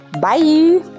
Bye